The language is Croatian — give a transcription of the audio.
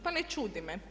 Pa ne čudi me.